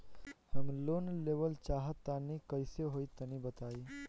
हम लोन लेवल चाह तनि कइसे होई तानि बताईं?